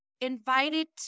Invited